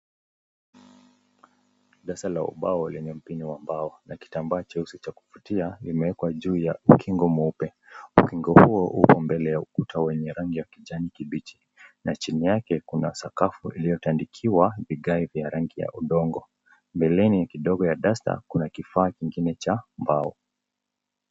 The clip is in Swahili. Darasa la ubao lenye kitamba cheusi cha kufutia lemewekwa juu ya ukingo mweupe. Ukingo huo huko mbele ya ukuta yenye rangi ya kijani kibishi na chini yake kuna sakafu iliyotandikiwa gari ya rangi ya udongo. Mbeleni kidogo ya dasta kuna kifaa kingine cha mbao.